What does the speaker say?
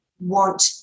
want